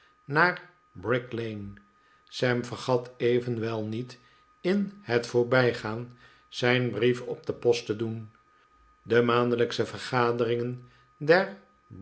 naar bricklane sam vergat evenwel niet in net voorbijgaan zijn brief op de post te doen de maandelijkscne vergaderingen der